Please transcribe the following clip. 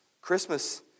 Christmas